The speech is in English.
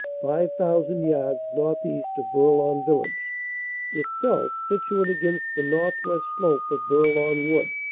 five thousand yards northeast of bourlon village itself situate against the northwest slope of bourlon wood.